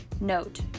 Note